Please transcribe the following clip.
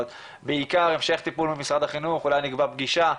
בעיקר המשך טיפול ממשרד החינוך, אולי נקבע פגישה,